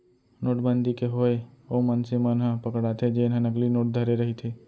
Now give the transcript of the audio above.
नोटबंदी के होय ओ मनसे मन ह पकड़ाथे जेनहा नकली नोट धरे रहिथे